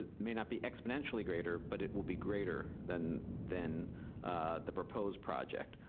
ah may not be exponentially greater, but it will be greater than than the proposed project.